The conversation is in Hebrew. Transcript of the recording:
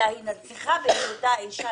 אלא אם היא נרצחה בשל היותה אישה,